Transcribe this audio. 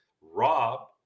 Rob